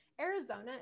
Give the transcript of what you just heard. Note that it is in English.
Arizona